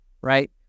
right